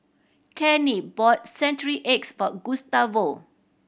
Kenney bought century eggs for Gustavo